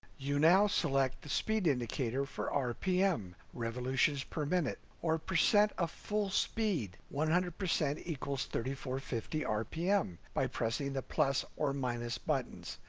you now select the speed indicator for rpm, revolutions per minute or percent off ah full speed, one hundred percent equals thirty four fifty rpm by pressing the plus or minus buttons.